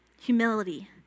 humility